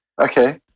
Okay